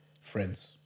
Friends